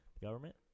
Government